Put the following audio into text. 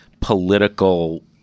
political